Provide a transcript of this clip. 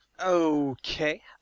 Okay